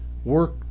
work